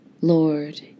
Lord